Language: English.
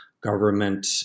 government